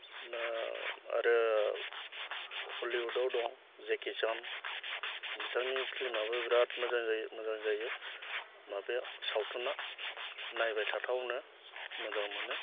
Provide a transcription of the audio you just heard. दा आरो हलिउडआव दं जेकि सान बिथांनि फिल्मआबो बिराद जायो मोजां जायो माबाया सावथुना नायबाय थाथावनो मोजां मोनो